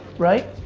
right?